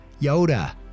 yoda